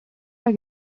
der